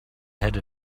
had